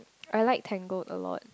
I like Tangled a lot